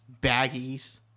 baggies